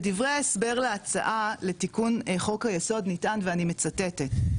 בדברי ההסבר להצעה לתיקון חוק היסוד נטען ואני מצטטת,